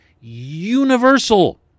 universal